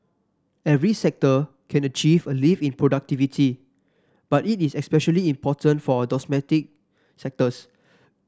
every sector can achieve a lift in productivity but it is especially important for our domestic sectors